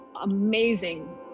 amazing